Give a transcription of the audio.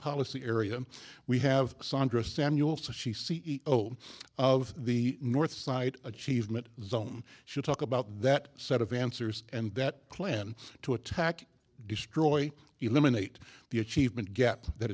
policy area we have sondra samuel so she c e o of the northside achievement zone should talk about that set of answers and that plan to attack destroy eliminate the achievement gap that